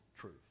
truth